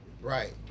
Right